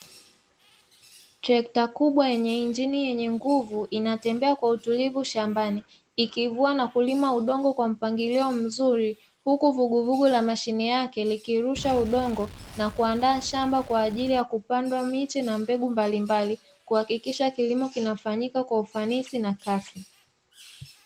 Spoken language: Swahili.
Trekta kubwa yenye injinia yenye nguvu inatembea kwa utulivu shambani ikivua na kulima udongo kwa mpangilio mzuri, huku vugu vugu la mashine yake likirusha udongo nakuandaa shamba, kwaajili ya kupandwa miche na mbegu mbalimbali kwa kuhakikisha kilimo kinafanyika kwa ufanisi na kasi.